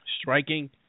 striking